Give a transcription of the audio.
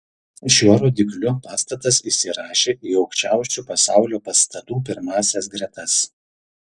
šiuo rodikliu pastatas įsirašė į aukščiausių pasaulio pastatų pirmąsias gretas